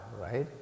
right